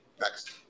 Next